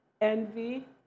envy